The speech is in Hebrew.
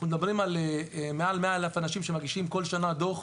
אנחנו מדברים על מעל 100,000 אנשים שמגישים בכל שנה דוח.